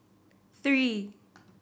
three